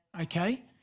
Okay